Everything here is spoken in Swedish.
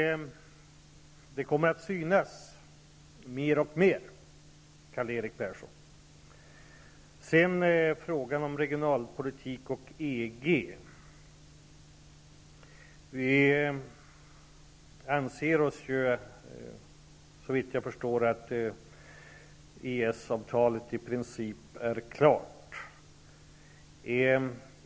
Det kommer att synas mer och mer, Karl-Erik Persson. När det gäller regionalpolitik och EG vill jag säga följande. Vi anser, såvitt jag förstår, att EES avtalet i princip är klart.